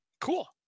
Cool